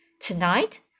tonight